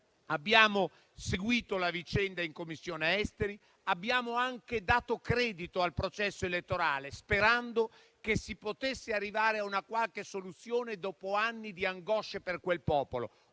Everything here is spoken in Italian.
abbiamo seguito la vicenda in Commissione esteri e abbiamo anche dato credito al processo elettorale, sperando di poter arrivare a una qualche soluzione, dopo anni di angosce per quel popolo,